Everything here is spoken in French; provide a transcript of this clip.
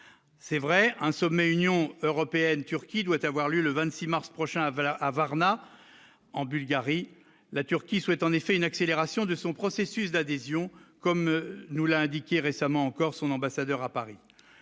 c'est vrai, un sommet Union européenne-Turquie doit avoir lieu le 26 mars prochain à valeur à Varna, en Bulgarie, la Turquie souhaite en effet une accélération de son processus d'adhésion, comme nous l'a indiqué récemment encore son ambassadeur à Paris,